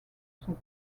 sont